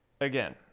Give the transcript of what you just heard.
again